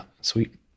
sweet